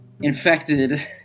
infected